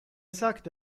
sucked